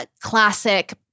classic